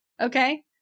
Okay